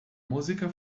música